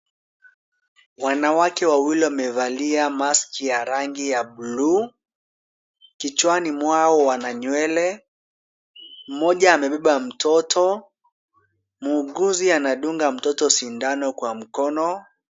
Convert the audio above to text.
Wanawake wawili wamevalia mask ya rangi ya blue , kichwani mwao wana nywele, mmoja amebeba mtoto. Muuguzi anadunga mtoto sindano kwa mkono.